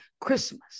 Christmas